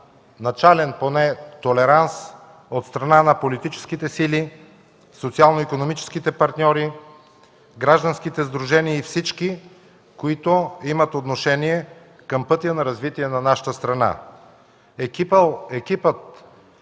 начален поне толеранс от страна на политическите сили, социално-икономическите партньори, гражданските сдружения и всички, които имат отношение към пътя на развитие на нашата страна. Екипът,